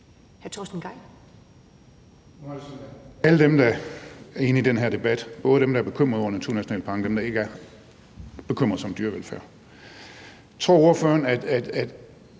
er det sådan, at alle dem, der er enige i den her debat, både dem, der er bekymrede over naturnationalparkerne, og dem, der ikke er, bekymrer sig om dyrevelfærd. Tror ordføreren på, at